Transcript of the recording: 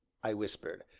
i whispered,